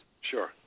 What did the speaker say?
sure